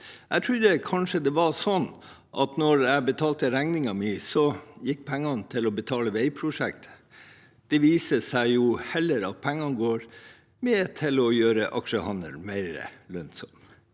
Jeg trodde kanskje det var slik at når jeg betalte regningen min, gikk pengene til å betale veiprosjekter. Det viser seg at pengene heller går med til å gjøre aksjehandelen mer lønnsom.